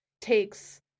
takes